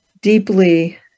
deeply